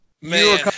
Man